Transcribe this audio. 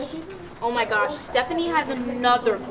oh, my gosh, stephanie has another